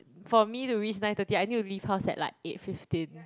for me to reach nine thirty I need to leave house at like eight fifteen